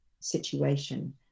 situation